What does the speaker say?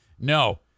No